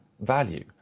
value